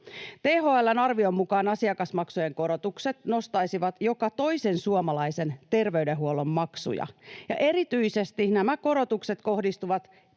THL:n arvion mukaan asiakasmaksujen korotukset nostaisivat joka toisen suomalaisen terveydenhuollon maksuja, ja erityisesti nämä korotukset kohdistuvat